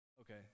Okay